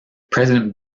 president